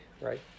right